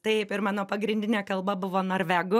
taip ir mano pagrindinė kalba buvo norvegų